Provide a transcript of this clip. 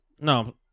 No